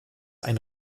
ein